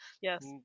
Yes